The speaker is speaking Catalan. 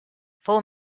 fou